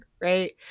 right